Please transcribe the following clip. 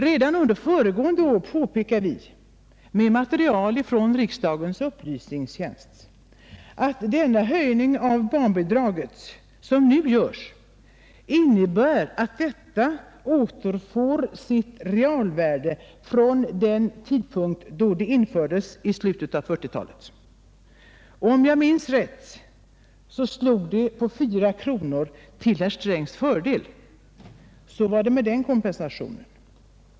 Redan under föregående år påpekade vi med stöd av material från riksdagens upplysningstjänst att den höjning av barnbidraget som nu genomförs innebär att detta återfår sitt realvärde från den tidpunkt då det infördes i slutet av 1940-talet. Om jag minns rätt, slog det på fyra kronor till herr Strängs fördel — så var det med den kompensationen!